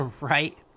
Right